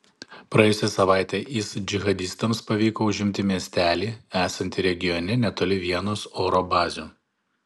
praėjusią savaitę is džihadistams pavyko užimti miestelį esantį regione netoli vienos oro bazių